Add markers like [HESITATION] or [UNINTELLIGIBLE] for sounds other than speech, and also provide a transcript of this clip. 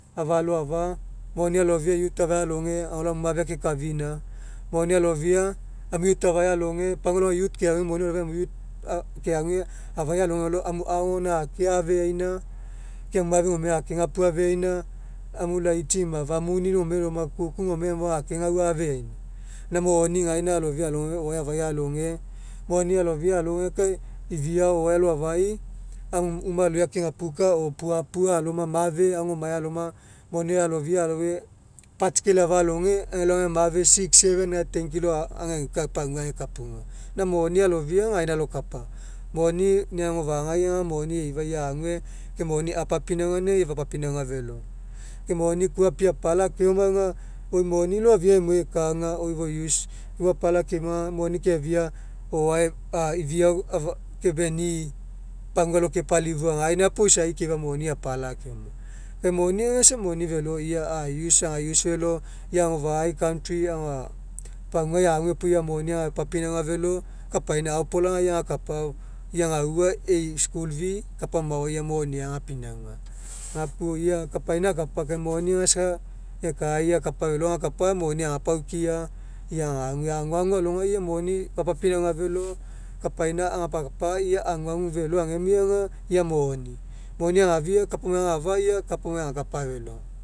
Afa aloafa moni aloafia youth afai aloge agalao emu mafe akekafina moni aloafia gamo youth afai aloge pagua alogai youth keague moni aloafia moni aloafia a keague afai aloge alolao emu ago gaina akea'feaina emu mafe gone akegapuafeaina emu laitsi ma famuni gone [UNINTELLIGIBLE] gkme loma aga akegauafeaina. Ina moni gaina aloafia o'oae afai aloge moni aloafia alouegekae ifiao o'oae aloafia emu uma aloi akegapuka o puapua aloma mafe agomai aloma moni aloafia aloue patsikele afa aloge agelao gae mafe six seven gae ten kilo [HESITATION] ageuka agemai pagua agekapugu, moni aloafia aga gaina alokapa. Moni ina agofa'ai agu moni eifa ia ague moni apapinauga aga fapinauga felo. Ke moni kua apie apala keoma aga oi moni loafia emuai eka aga oi do use kua apala keoma aga o'oae moni keafia ifiao kepeni'i pagua alo kepalifua egaina puo isa keifa moni apala keoma. Kai moni aga isa moni felo ia aga use felo ia agofa'ai country a pagauai ague puo moni agapinauga felo kapaina aopolaga o ia agakapa ia gaua e'i school fee kapa maoai moniai agapinauga. Gapuo ia kapaina akapa kai moni aga aguagu alogai moni fapapinauga felo kapaina ia agakapa ia aguagu felo agemia aga ia moni moni agafia kapaina aga kapa maoai agakapa felo